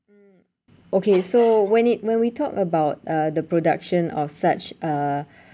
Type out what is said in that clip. okay so when it when we talk about uh the production of such uh